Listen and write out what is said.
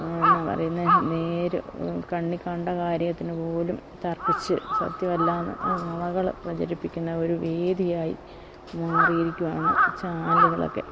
എന്നാ പറയുന്നത് നേര് കണ്ണിൽക്കണ്ട കാര്യത്തിനു പോലും തർക്കിച്ച് സത്യമല്ലയെന്നു നുണകൾ പ്രചരിപ്പിക്കുന്ന ഒരു വേദിയായി മാറിയിരിക്കുകയാണ് ചാനലുകളൊക്കെ